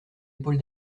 épaule